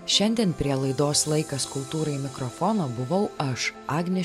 šiandien prie laidos laikas kultūrai mikrofono buvau aš agnė